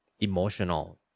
emotional